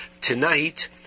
Tonight